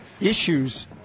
issues